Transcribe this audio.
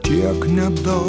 tiek nedaug